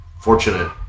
fortunate